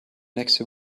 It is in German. nächste